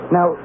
Now